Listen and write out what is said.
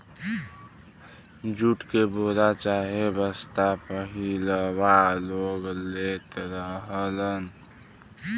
jute के बोरा चाहे बस्ता पहिलवां लोग लेत रहलन